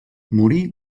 morí